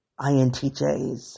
INTJs